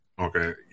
Okay